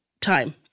time